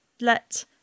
let